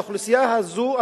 האוכלוסייה הזו,